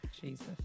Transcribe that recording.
Jesus